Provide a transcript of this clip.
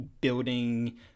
building